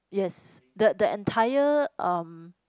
yes the the entire um